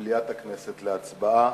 למליאת הכנסת להצבעה.